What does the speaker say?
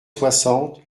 soixante